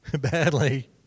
Badly